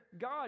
God